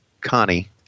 Connie